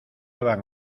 van